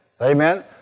Amen